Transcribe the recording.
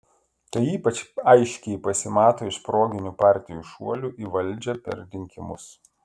tai ypač aiškiai pasimato iš proginių partijų šuolių į valdžią per rinkimus